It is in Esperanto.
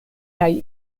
kaj